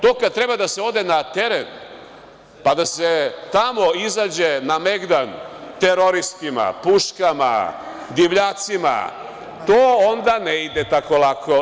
To kada treba da se ode na teren, pa da se tamo izađe na megdan teroristima, puškama, divljacima, to onda ne ide tako lako.